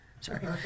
Sorry